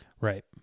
Right